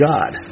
God